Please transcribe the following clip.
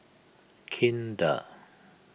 Kinder